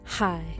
Hi